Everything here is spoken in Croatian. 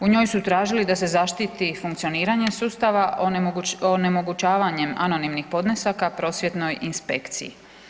U njoj su tražili da se zaštiti funkcioniranje sustava, onemogućavanjem anonimnih podnesaka prosvjetnoj inspekciji.